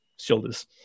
Shoulders